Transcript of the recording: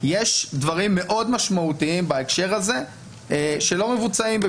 יש דברים מאוד משמעותיים בהקשר הזה שלא מבוצעים,